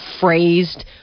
phrased